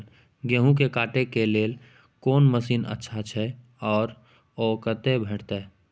गेहूं के काटे के लेल कोन मसीन अच्छा छै आर ओ कतय भेटत?